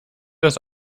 das